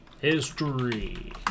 history